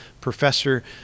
Professor